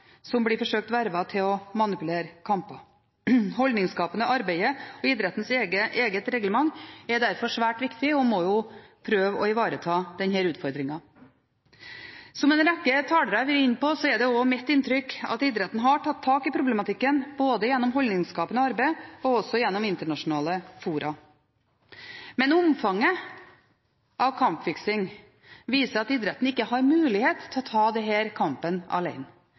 som blir forsøkt vervet til å manipulere kamper. Holdningsskapende arbeid og idrettens eget reglement er derfor svært viktig og må prøve å ivareta denne utfordringen. Som en rekke talere har vært inne på, er det også mitt inntrykk at idretten har tatt tak i problematikken både gjennom holdningsskapende arbeid og gjennom internasjonale fora. Men omfanget av kampfiksing viser at idretten ikke har mulighet til å ta denne kampen